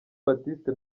baptiste